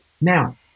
Now